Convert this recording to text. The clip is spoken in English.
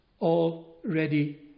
already